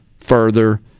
further